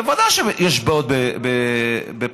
ודאי שיש בעיות בפריימריז,